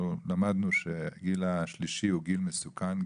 למדנו שהגיל השלישי הוא גיל מסוכן,